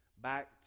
back